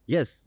Yes